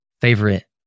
favorite